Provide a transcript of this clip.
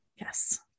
Yes